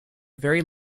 very